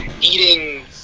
eating